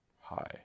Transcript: hi